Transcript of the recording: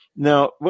Now